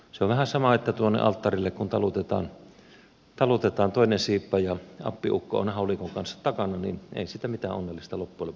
se on vähän sama että kun alttarille talutetaan toinen siippa ja appiukko on haulikon kanssa takana niin ei siitä mitään onnellista loppujen lopuksi sitten seuraa